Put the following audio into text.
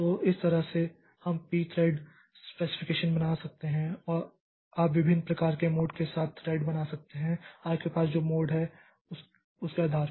तो इस तरह से हम पी थ्रेड स्पेसिफिकेशन बना सकते हैं आप विभिन्न प्रकार के मोड के साथ थ्रेड बना सकते हैं आपके पास जो मोड है उसके आधार पर